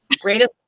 greatest